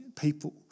people